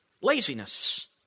Laziness